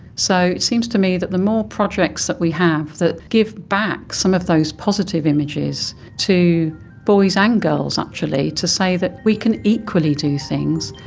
so it seems to me that the more projects that we have that give back some of those positive images to boys and girls actually, to say that we can equally do things,